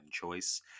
choice